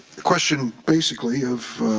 the question basically of